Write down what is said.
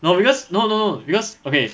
no because no no no because okay